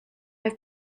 have